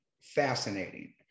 fascinating